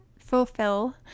fulfill